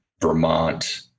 Vermont